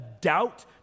doubt